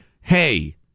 hey